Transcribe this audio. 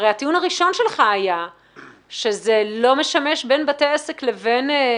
הרי הטיעון הראשון שלך היה שזה לא משמש בין בתי עסק לפרטים.